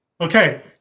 Okay